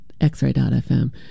X-Ray.FM